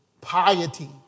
piety